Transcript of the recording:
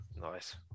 Nice